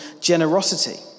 generosity